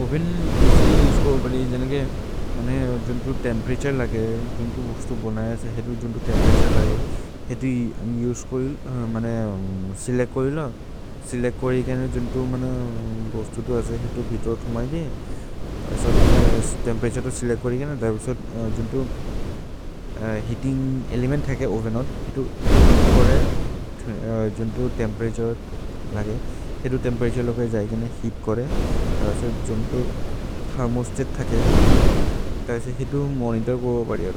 ओवेन् इसिलि उस्को बनि जनेके जन्तु तेम्पेरतुरे लगे जन्तु बोस्तु बोनयसे। हेतु जन्तु तेम्पेरतुरे लगे हेतु उस्कोइ मने सेलेच्त् कोइलो सेलेच्त् कोइलो जन्तु जन्तु बोस्तु तु असे हेतु भित्रो थुमै दि तेम्पेरतुरे तु सेलेच्त् कोइलो जने। जन्तु हेअतिन्ग् एलेमेन्त् थेके ओवेन् ओद् हेतु हेअत् कोरे जन्तु तेम्पेरतुरे लगे हेतु तेम्पेरतुरे लगे जये जने हेअत् कोरे जन्तु। थेर्मोस्तत् थेके हेतु मोनितोर् कोरे